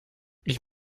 ich